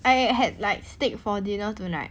I had like steak for dinner tonight